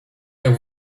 jak